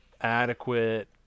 adequate